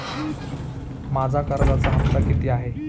माझा कर्जाचा हफ्ता किती आहे?